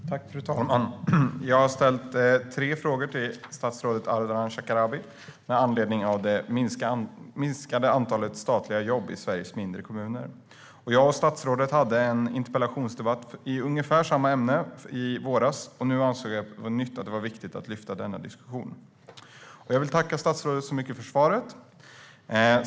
Fru talman! Jag har ställt tre frågor till statsrådet Ardalan Shekarabi med anledning av det minskade antalet statliga jobb i Sveriges mindre kommuner. Jag och statsrådet hade en interpellationsdebatt om ungefär samma ämne i våras, och nu ansåg jag att det på nytt var viktigt att ta upp det till diskussion. Jag tackar statsrådet så mycket för svaret.